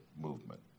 movement